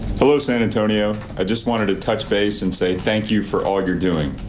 jose antonio, i just wanted to touch base and say thank you for all you're doing,